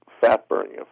fat-burning